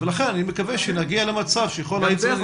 ולכן אני מקווה שנגיע למצב שכל היצרנים